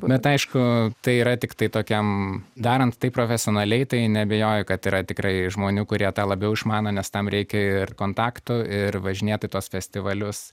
bet aišku tai yra tiktai tokiam darant tai profesionaliai tai neabejoju kad yra tikrai žmonių kurie tą labiau išmano nes tam reikia ir kontaktų ir važinėt į tuos festivalius